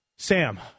Sam